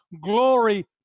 glory